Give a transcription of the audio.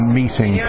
meeting